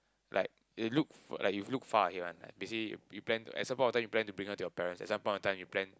like you look far you look far ahead one like basically you plan at some point of time you plan to bring her to your parents at some point of time you plan